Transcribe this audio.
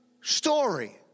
story